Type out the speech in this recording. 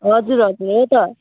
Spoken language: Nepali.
हजुर हजुर हो त